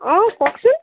অঁ কওকচোন